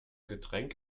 getränk